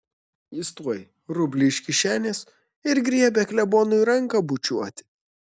jis tuoj rublį iš kišenės ir griebia klebonui ranką bučiuoti